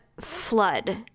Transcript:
flood